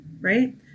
Right